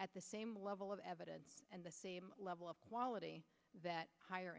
at the same level of evidence and the same level of quality that higher